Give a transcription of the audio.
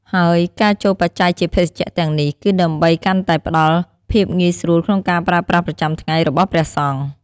ហើយការចូលបច្ច័យជាភេសជ្ជៈទាំងនេះ គឺដើម្បីកាន់តែផ្ដល់ភាពងាយស្រួលក្នុងការប្រើប្រាស់ប្រចាំថ្ងៃរបស់ព្រះសង្ឃ។